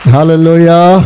Hallelujah